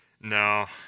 No